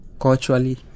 culturally